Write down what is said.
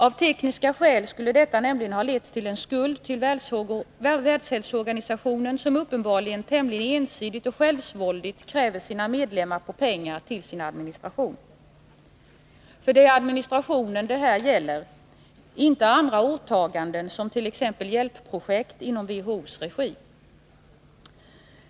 Av tekniska skäl skulle detta nämligen ha lett till en skuld till Världshälsoorganisationen, som uppenbarligen tämligen ensidigt och självsvåldigt kräver sina medlemmar på pengar till administrationen. För det är administrationen det här gäller, inte andra åtaganden som t.ex. hjälpprojekt i WHO-regi.